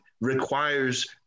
requires